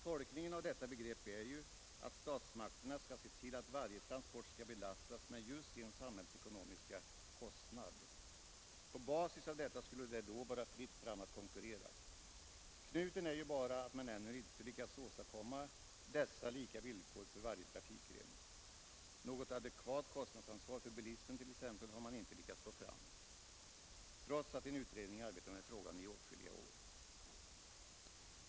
Tolkningen av detta begrepp är ju att statsmakterna skall se till att varje transport skall belastas med just sin samhällsekonomiska kostnad. På basis av detta skulle det då vara fritt fram att konkurrera. Knuten är bara att man ännu inte lyckats åstadkomma dessa lika villkor för varje trafikgren. Något adekvat kostnadsansvar för bilismen har man t.ex. inte lyckats få fram, trots att en utredning arbetat med frågan i åtskilliga år.